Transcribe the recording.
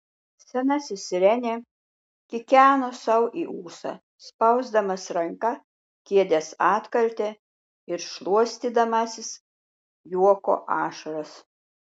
senasis renė kikeno sau į ūsą spausdamas ranka kėdės atkaltę ir šluostydamasis juoko ašaras